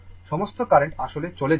সমস্ত কারেন্ট আসলে চলে যাচ্ছে